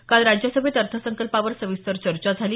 काल राज्यसभेत अर्थसंकल्पावर सविस्तर चर्चा झाली